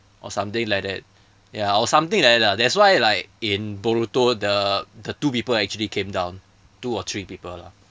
or something like that ya or something like that lah that's why like in boruto the the two people actually came down the two or three people lah